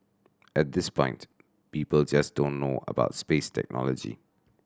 at this point people just don't know about space technology